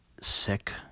sick